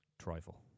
trifle